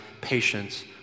patience